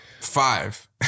five